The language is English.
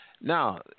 Now